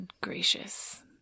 Gracious